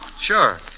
sure